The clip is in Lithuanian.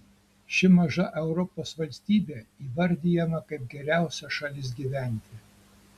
ši maža europos valstybė įvardijama kaip geriausia šalis gyventi